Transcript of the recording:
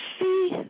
see